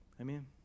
Amen